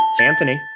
Anthony